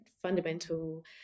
fundamental